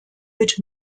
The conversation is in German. mit